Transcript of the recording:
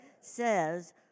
says